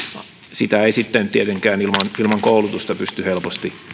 sitä ei sitten tietenkään ilman koulutusta pysty helposti